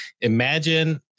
imagine